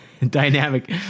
dynamic